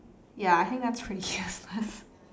ya I think that's pretty useless